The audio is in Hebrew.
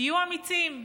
תהיו אמיצים.